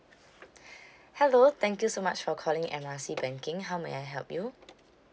hello thank you so much for calling M R C banking how may I help you